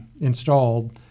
installed